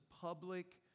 public